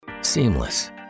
seamless